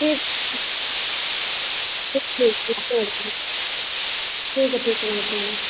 ठीक ठीक ठीक ठीक है ठीक है नमस्ते मैडम